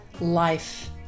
life